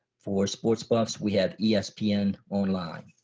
for sports buffs we have yeah espn online.